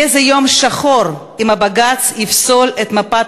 יהיה זה יום שחור אם בג"ץ יפסול את מפת